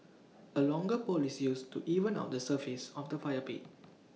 A longer pole is used to even out the surface of the fire pit